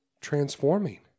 transforming